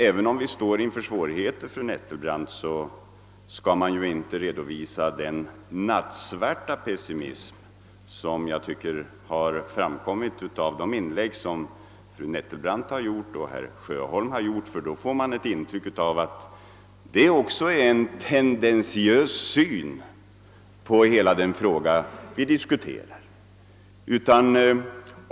Även om man står inför svårigheter bör man inte, fru Nettelbrandt, redovisa en sådan nattsvart pessimism, som jag tycker framkommit i de inlägg fru Nettelbrandt och herr Sjöholm gjort. Det ger nämligen det intrycket att ni skulle ha en tendentiös syn på hela den fråga vi diskuterar.